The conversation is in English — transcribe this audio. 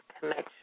connection